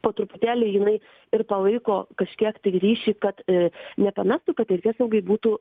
po truputėlį jinai ir palaiko kažkiek tai ryšį kad nepamestų kad teisėsaugai būtų